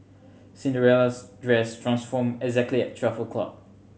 Cinderella's dress transformed exactly at twelve o'clock